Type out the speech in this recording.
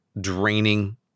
draining